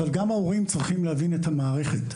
אבל גם ההורים צריכים להבין את המערכת.